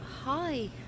Hi